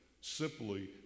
simply